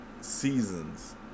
seasons